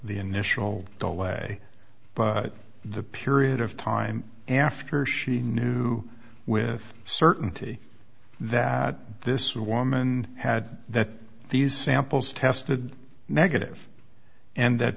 the initial doorway but the period of time after she knew with certainty that this woman had that these samples tested negative and that